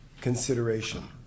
consideration